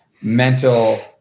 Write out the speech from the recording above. mental